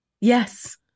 yes